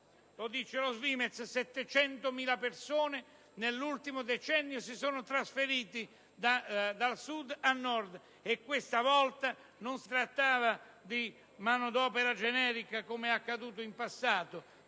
Lo dice la SVIMEZ: 700.000 persone nell'ultimo decennio si sono trasferite dal Sud al Nord, e questa volta non si trattava di manodopera generica, come è accaduto in passato,